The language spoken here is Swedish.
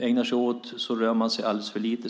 ägnar sig åt gör att man rör sig alldeles för lite.